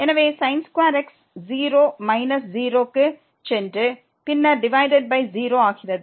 எனவே x 0 minus 0 க்கு சென்று பின்னர் டிவைடட் பை 0 ஆகிறது